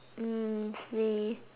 hmm sleep